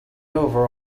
over